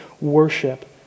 worship